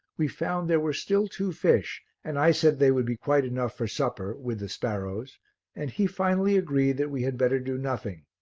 we found there were still two fish and i said they would be quite enough for supper with the sparrows and he finally agreed that we had better do nothing,